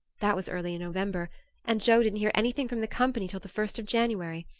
that was early in november and joe didn't hear anything from the company till the first of january.